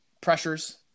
pressures